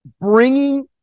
bringing